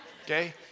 okay